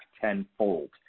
tenfold